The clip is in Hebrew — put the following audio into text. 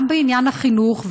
גם בעניין החינוך,